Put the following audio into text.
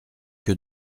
que